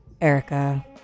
erica